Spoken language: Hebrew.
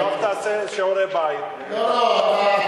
זה, תעשה שיעורי בית, לא.